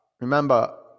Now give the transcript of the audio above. remember